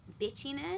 bitchiness